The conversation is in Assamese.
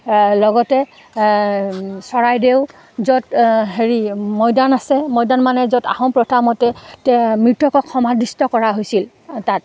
লগতে চৰাইদেউ য'ত হেৰি মৈদাম আছে মৈদাম মানে য'ত আহোম প্ৰথামতে মৃত্যকক সমাধিস্ত কৰা হৈছিল তাত